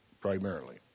primarily